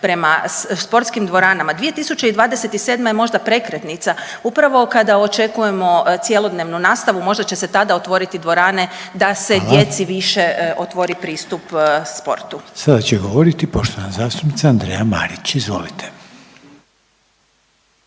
prema sportskim dvoranama? 2027. je možda prekretnica upravo kada očekujemo cjelodnevnu nastavu možda će se tada otvoriti dvorane da se …/Upadica: Hvala./… djeci više otvori pristup sportu. **Reiner, Željko (HDZ)** Sada će govoriti poštovana zastupnica Andreja Marić. Izvolite.